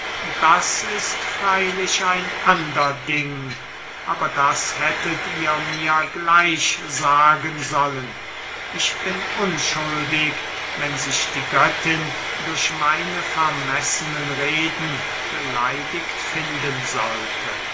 das ist freylich ein ander ding aber das hättet ihr mir gleich sagen sollen ich bin unschuldig wenn sich die göttin durch meine vermessenen reden beleidigt finden sollte